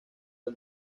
del